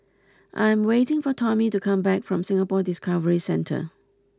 I am waiting for Tommie to come back from Singapore Discovery Centre